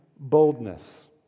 Boldness